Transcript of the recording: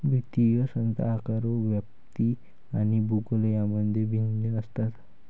वित्तीय संस्था आकार, व्याप्ती आणि भूगोल यांमध्ये भिन्न असतात